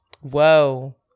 Whoa